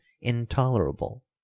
intolerable